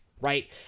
right